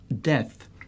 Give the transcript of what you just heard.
death